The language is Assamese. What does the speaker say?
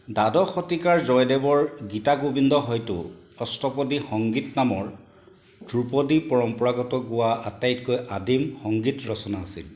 দ্বাদশ শতিকাৰ জয়দেৱৰ গীতাগোবিন্দ হয়তো অষ্টপদী সংগীত নামৰ ধ্ৰুপদী পৰম্পৰাগত গোৱা আটাইতকৈ আদিম সংগীত ৰচনা আছিল